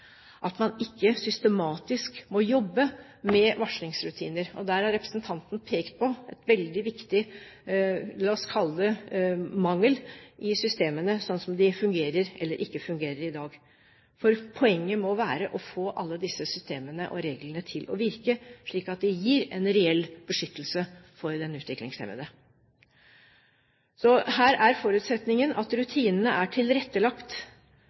at man ikke systematisk må jobbe med varslingsrutiner. Der har representanten pekt på noe veldig viktig, la oss kalle det mangel, i systemene sånn som de fungerer eller ikke fungerer i dag. Poenget må være å få alle disse systemene og reglene til å virke, slik at de gir en reell beskyttelse for den utviklingshemmede. Så her er forutsetningen at rutinene er tilrettelagt,